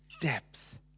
depth